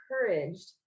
encouraged